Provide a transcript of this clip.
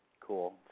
Cool